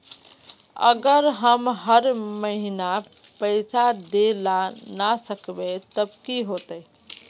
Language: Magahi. अगर हम हर महीना पैसा देल ला न सकवे तब की होते?